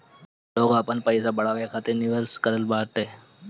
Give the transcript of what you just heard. लोग आपन पईसा बढ़ावे खातिर निवेश करत बाटे